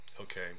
Okay